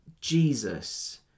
Jesus